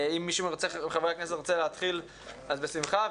אם מישהו מחברי הכנסת רוצה להתחיל אז בשמחה,